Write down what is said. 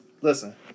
listen